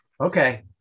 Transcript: Okay